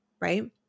Right